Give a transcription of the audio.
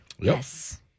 Yes